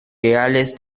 reales